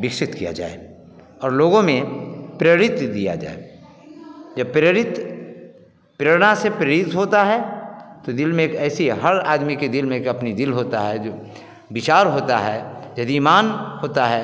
विकसित किया जाए और लोगों में प्रेरित दे दिया जाए जब प्रेरित प्रेरणा से प्रेरित होता है तो दिल में एक ऐसी हल आदमी के दिल में एक अपनी दिल होता है जो विचार होता है यदि इमान होता है